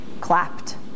clapped